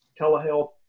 telehealth